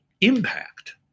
impact